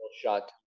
shot